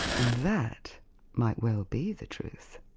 and that might well be the truth.